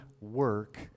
work